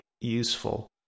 useful